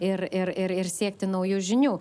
ir ir ir ir siekti naujų žinių